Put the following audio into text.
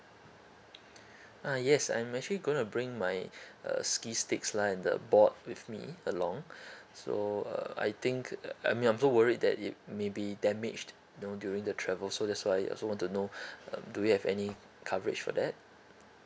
uh yes I'm actually going to bring my uh ski sticks like the board with me along so uh I think uh I mean I'm so worried that it maybe damaged you know during the travel so that's why I also want to know uh do we have any coverage for that